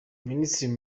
minisitiri